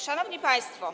Szanowni Państwo!